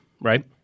right